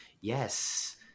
yes